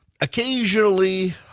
Occasionally